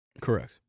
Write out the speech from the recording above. Correct